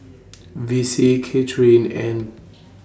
Vicy Kathryn and